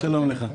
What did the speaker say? דקה לרשותך.